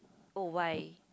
oh why